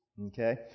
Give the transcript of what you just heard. Okay